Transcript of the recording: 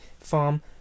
farm